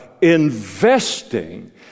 investing